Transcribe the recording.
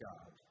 God